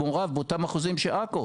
מעורב באותם אחוזים כמו של עכו,